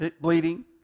bleeding